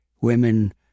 Women